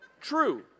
true